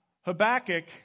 Habakkuk